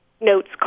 notes